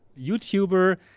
YouTuber